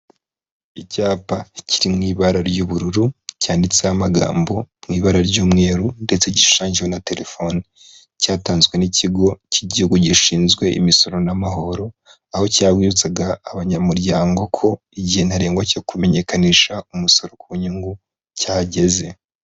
Icyapa kiri mu ibara ry'ubururu cyanditseho amagambo mu ibara ry'umweru ndetse gishushanyijwe na telefoni cyatanzwe n'ikigo cy'igihugu gishinzwe imisoro n'amahoro aho cy'ibutsaga abanyamuryango ko igihe ntarengwa cyo kumenyekanisha umusoro ku nyungu cyageze.